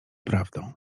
prawdą